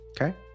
Okay